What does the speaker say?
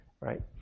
right